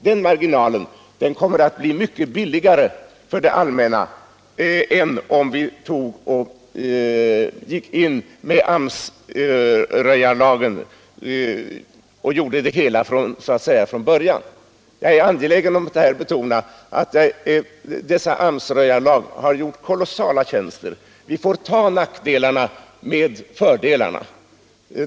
Att betala den marginalen blir mycket billigare för det allmänna än att så att säga göra det hela från början och gå ut med AMS-röjarlagen. Jag är angelägen om att betona att dessa AMS-röjarlag gjort kolossala tjänster. Vi får ta nackdelarna med fördelarna.